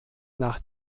nach